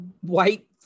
white